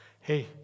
hey